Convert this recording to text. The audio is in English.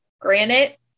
granite